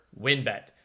WinBet